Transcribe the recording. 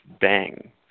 bang